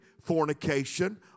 fornication